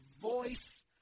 voice